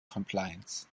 compliance